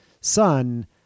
son